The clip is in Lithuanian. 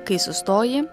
kai sustoji